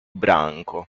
branco